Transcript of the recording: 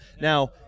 Now